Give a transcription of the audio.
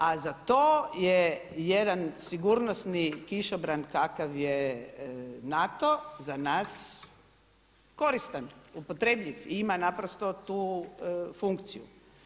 A za to je jedan sigurnosni kišobran kakav je NATO za nas koristan, upotrebljiv i ima naprosto tu funkciju.